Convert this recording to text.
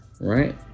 Right